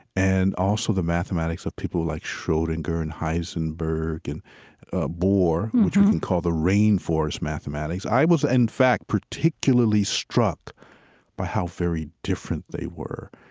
and also the mathematics of people like schrodinger and heisenberg and bohr, which we can call the rain forest mathematics, i was in fact particularly struck by how very different they were.